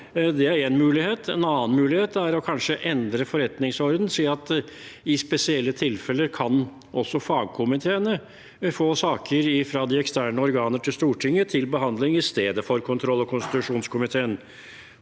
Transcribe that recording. Det er én mulighet. En annen mulighet er kanskje å endre forretningsordenen, si at i spesielle tilfeller kan også fagkomiteene få saker fra de eksterne organer til Stortinget til behandling, i stedet for kontroll- og konstitusjonskomiteen.